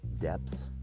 depths